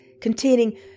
containing